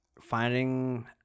finding